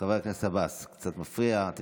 חבר הכנסת עבאס, זה קצת מפריע.